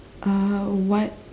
uh what